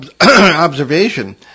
observation